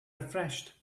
refreshed